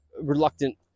reluctant